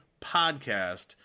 Podcast